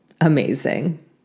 amazing